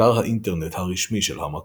אתר האינטרנט הרשמי של המקור